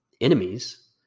enemies